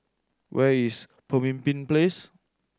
where is Pemimpin Place